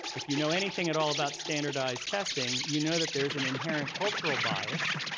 if you know anything at all about standardized testing, you know that there is an inherent cultural bias,